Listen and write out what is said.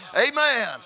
Amen